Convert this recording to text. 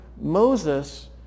Moses